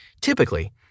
Typically